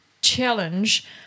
challenge